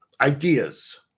ideas